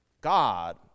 God